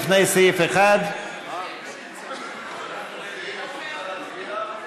תמר זנדברג ומוסי רז,